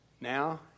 now